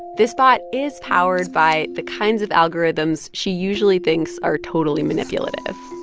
this bot is powered by the kinds of algorithms she usually thinks are totally manipulative.